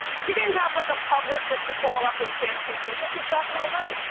she didn't have like a publicist to call up and fancy people, she's got no money.